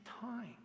time